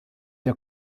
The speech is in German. der